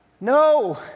no